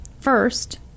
first